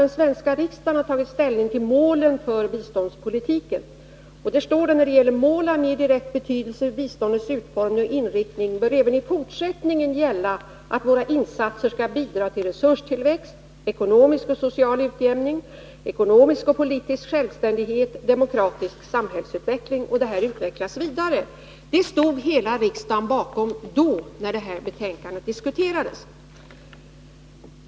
I utrikesutskottets betänkande 1978/79:1 står beträffande målen för biståndspolitiken att de även i fortsättningen skall bidra till resurstillväxt, ekonomisk och social utjämning, ekonomisk och politisk självständighet och en demokratisk samhällsutveckling. Detta utvecklas vidare, och det stod hela riksdagen bakom när detta betänkande diskuterades.